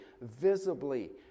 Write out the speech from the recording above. visibly